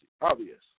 Obvious